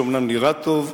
שאומנם נראה טוב,